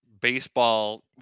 baseball